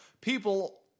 people